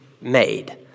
made